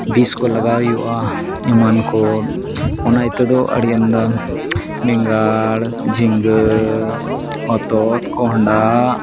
ᱵᱤᱥ ᱠᱚ ᱞᱟᱜᱟᱣ ᱦᱩᱭᱩᱜᱼᱟ ᱮᱢᱟᱱ ᱠᱚ ᱚᱱᱟ ᱤᱛᱟᱹ ᱫᱚ ᱟᱹᱰᱤ ᱟᱢᱫᱟ ᱵᱮᱸᱜᱟᱲ ᱡᱷᱤᱸᱜᱟᱹ ᱦᱚᱛᱚᱫ ᱠᱚᱦᱚᱱᱰᱟ